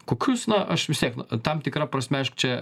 kokius na aš vis tiek na tam tikra prasme aišk čia